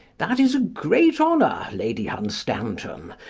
that is a great honour, lady hunstanton.